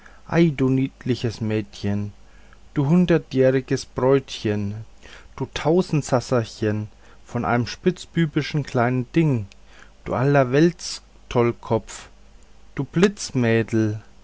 du niedliches mädchen du hundertjähriges bräutchen du tausendsasachen von einem spitzbübischen kleinen dinge du allerweltstollkopf du